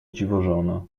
dziwożona